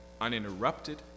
uninterrupted